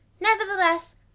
nevertheless